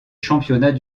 championnats